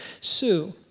Sue